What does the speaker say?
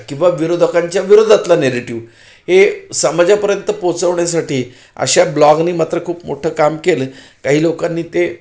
किंवा विरोधकांच्या विरोधातला नेरेटिव हे समाजापर्यंत पोहचवण्यासाठी अशा ब्लॉगने मात्र खूप मोठं काम केलं काही लोकांनी ते